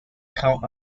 count